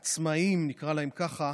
העצמאיים, נקרא להם ככה,